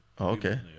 Okay